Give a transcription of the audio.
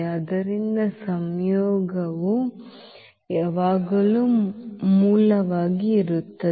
ಆದ್ದರಿಂದ ಸಂಯೋಗವು ಯಾವಾಗಲೂ ಮೂಲವಾಗಿ ಇರುತ್ತದೆ